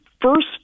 first